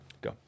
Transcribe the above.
Go